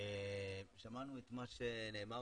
שמענו את מה שנאמר